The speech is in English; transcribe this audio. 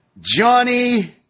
johnny